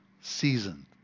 seasoned